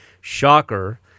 Shocker